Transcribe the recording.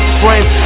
frame